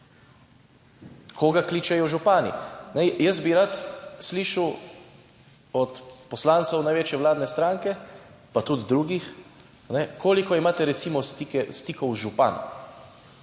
Koga kličejo župani? Jaz bi rad slišal od poslancev največje vladne stranke, pa tudi drugih, koliko imate recimo stike, stikov